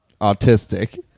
autistic